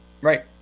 Right